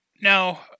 Now